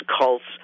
cults